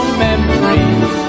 memories